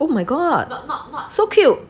oh my god so cute